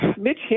Mitch